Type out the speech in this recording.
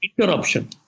interruption